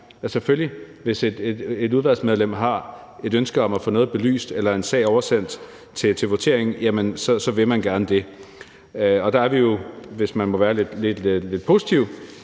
man selvfølgelig, hvis et udvalgsmedlem har et ønske om at få noget belyst eller en sag oversendt til votering, så gerne vil det. Der er vi jo, hvis man må være lidt positiv,